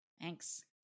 Thanks